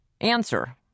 Answer